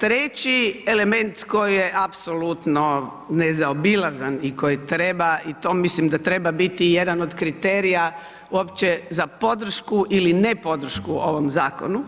Treći element koji je apsolutno nezaobilazan i koji treba i to mislim da treba biti jedan od kriterija uopće za podršku ili ne podršku u ovom zakonu,